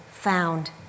found